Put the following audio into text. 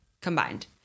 combined